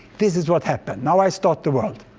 this is what happened. now i start the world.